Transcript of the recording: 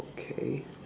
okay